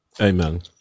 Amen